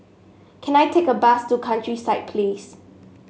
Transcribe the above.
can I take a bus to Countryside Place